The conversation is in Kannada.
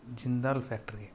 ಜಿಂದಾಲ್ ಫ್ಯಾಕ್ಟ್ರಿ